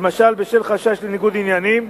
למשל בשל חשש לניגוד עניינים.